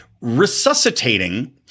resuscitating